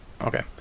Okay